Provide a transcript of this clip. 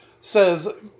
says